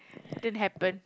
didn't happen